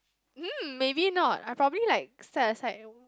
mm maybe not I probably like set aside